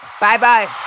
Bye-bye